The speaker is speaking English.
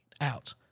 out